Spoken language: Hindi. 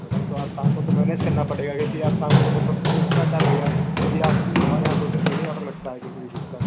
मैडम तो आज शाम को तो मैनेज करना पड़ेगा देखिए आज शाम को मतलब एक्स्ट्रा चार्ज लगेगा क्योंकि आप हमारे यहाँ दो दिन पहले ऑर्डर लगता है किसी भी चीज़ का